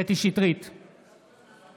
קטי קטרין שטרית,